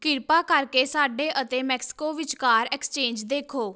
ਕਿਰਪਾ ਕਰਕੇ ਸਾਡੇ ਅਤੇ ਮੈਕਸੀਕੋ ਵਿਚਕਾਰ ਐਕਸਚੇਂਜ ਦੇਖੋ